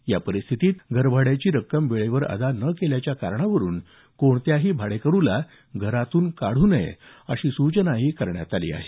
या परिस्थितीत घरभाड्याची रक्कम वेळेवर अदा न केल्याच्या कारणावरून कोणत्याही भाडेकरूला घरातून काढू नये अशी सूचनाही करण्यात आली आहे